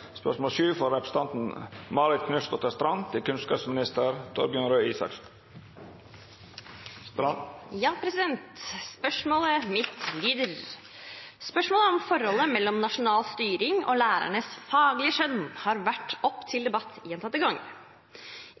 til stede. Spørsmålet mitt lyder: «Spørsmålet om forholdet mellom nasjonal styring og lærerens faglige skjønn har vært oppe til debatt gjentatte ganger.